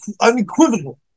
unequivocal